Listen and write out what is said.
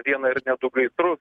vieną ir ne du gaisrus